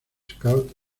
scout